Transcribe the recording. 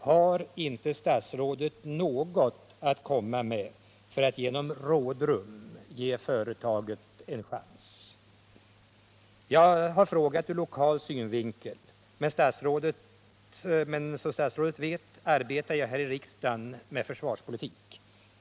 Har inte statsrådet något att komma med för att genom rådrum ge företaget en chans? Jag har frågat ur lokal synvinkel, men som statsrådet vet arbetar jag här i riksdagen med försvarspolitik.